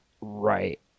Right